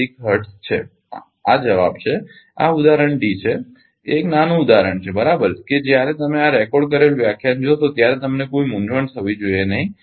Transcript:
0196 hertz છે આ જવાબ છે આ ઉદાહરણ ડી છે એક નાનું ઉદાહરણ છે બરાબર કે જ્યારે તમે આ રેકોર્ડ કરેલ વ્યાખ્યાન જોશો ત્યારે તમને કોઈ મૂંઝવણ થવી જોઇએ નહીં